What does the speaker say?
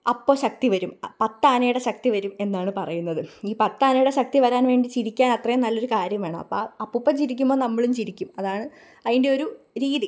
അപ്പോൾ ശക്തി വരും പത്താനയുടെ ശക്തി വരും എന്നാണ് പറയുന്നത് ഈ പത്ത് ആനയുടെ ശക്തി വരാന് വേണ്ടി ചിരിക്കാൻ അത്രയും നല്ല ഒരു കാര്യം വേണം അപ്പം ആ അപ്പൂപ്പന് ചിരിക്കുമ്പോൾ നമ്മളും ചിരിക്കും അതാണ് അതിൻ്റെ ഒരു രീതി